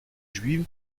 juive